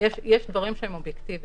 יש דברים שהם אובייקטיביים.